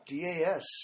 DAS